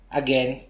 again